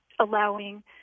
allowing